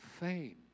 Fame